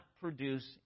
produce